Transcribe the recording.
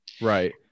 Right